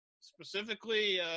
specifically